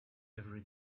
every